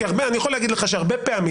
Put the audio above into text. אני יכול להגיד לך אגב,